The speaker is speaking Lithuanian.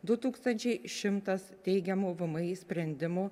du tūkstančiai šimtas teigiamų vmi sprendimų